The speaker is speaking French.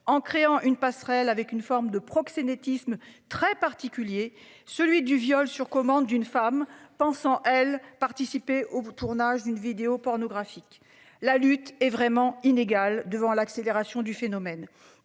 en créant une passerelle avec une forme de proxénétisme très particulier, celui du viol sur commande une femme pensant elle participer au bout. Tournage d'une vidéo pornographique. La lutte est vraiment inégale devant l'accélération du phénomène.